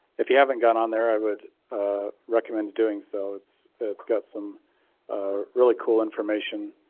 if you haven't gone on there, i would recommend doing so. it's it's got some really cool information,